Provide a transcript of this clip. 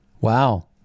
Wow